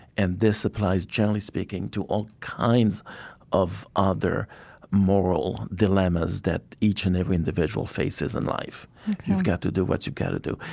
and this applies, generally speaking, to all kinds of other moral dilemmas that each and every individual faces in life mm-hmm you've got to do what you got to do.